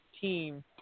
team